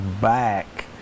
back